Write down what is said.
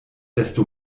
desto